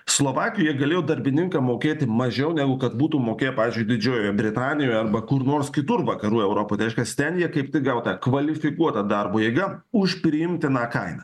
slovakija galėjo darbininkam mokėti mažiau negu kad būtų mokėję pavyzdžiui didžiojoje britanijoje arba kur nors kitur vakarų europoje tai reiškias ten jie kaip tik gavo kvalifikuotą darbo jėgą už priimtiną kainą